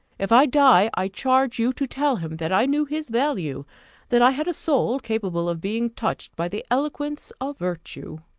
if i die, i charge you to tell him that i knew his value that i had a soul capable of being touched by the eloquence of virtue.